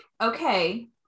okay